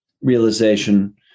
realization